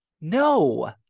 no